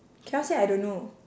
cannot say I don't know